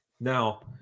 Now